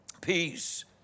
peace